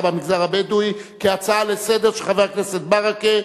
במגזר הבדואי) כהצעה לסדר של חבר הכנסת ברכה,